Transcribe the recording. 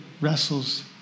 wrestles